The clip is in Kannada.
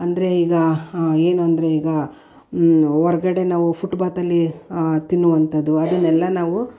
ಅಂದರೆ ಈಗ ಏನು ಅಂದರೆ ಈಗ ಹೊರ್ಗಡೆ ನಾವು ಫುಟ್ಪಾತಲ್ಲಿ ತಿನ್ನುವಂಥದ್ದು ಅದನ್ನೆಲ್ಲ ನಾವು